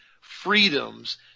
freedoms